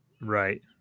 Right